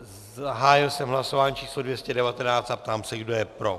Zahájil jsem hlasování číslo 219 a ptám se, kdo je pro.